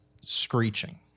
Screeching